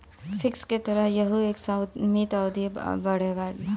fix के तरह यहू एक सीमित अवधी बदे होला